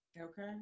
Okay